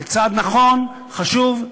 זה צעד נכון, חשוב.